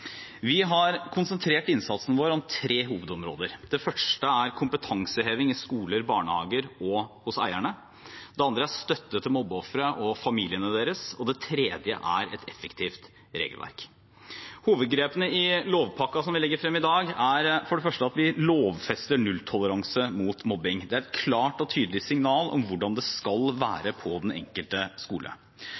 Vi har konsentrert innsatsen vår om tre hovedområder. Det første er kompetanseheving i skoler, barnehager og hos eierne, det andre er støtte til mobbeofre og familiene deres, og det tredje er et effektivt regelverk. Hovedgrepene i lovpakken som vi legger frem i dag, er for det første at vi lovfester nulltoleranse mot mobbing. Det er et klart og tydelig signal om hvordan det skal være på den enkelte skole.